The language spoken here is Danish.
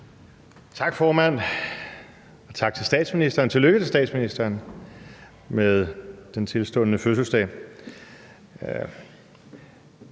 og tillykke til statsministeren med den tilstundende fødselsdag.